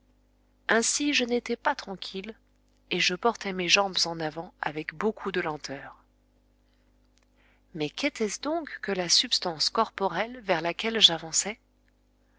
ainsi je n'étais pas tranquille et je portais mes jambes en avant avec beaucoup de lenteur mais qu'était-ce donc que la substance corporelle vers laquelle j'avançais